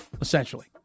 essentially